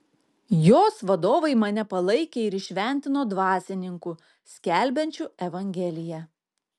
jos vadovai mane palaikė ir įšventino dvasininku skelbiančiu evangeliją